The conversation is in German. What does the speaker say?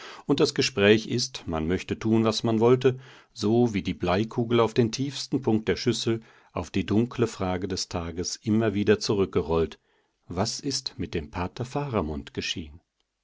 und das gespräch ist man mochte tun was man wollte so wie die bleikugel auf den tiefsten punkt der schüssel auf die dunkle frage des tages immer wieder zurückgerollt was ist mit dem pater faramund geschehen